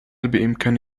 بإمكاني